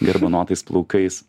garbanotais plaukais